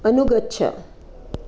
अनुगच्छ